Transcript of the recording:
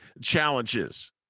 challenges